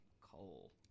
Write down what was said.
coal